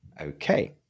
Okay